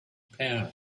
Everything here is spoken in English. pan